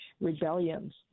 rebellions